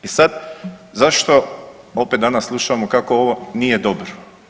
I sad zašto opet danas slušamo kako ovo nije dobro?